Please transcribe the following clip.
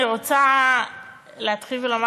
אני רוצה להתחיל ולומר,